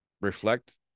reflect